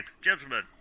gentlemen